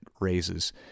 raises